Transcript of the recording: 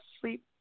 sleep